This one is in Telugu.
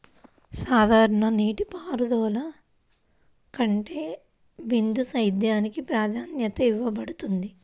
సాధారణ నీటిపారుదల కంటే బిందు సేద్యానికి ప్రాధాన్యత ఇవ్వబడుతుంది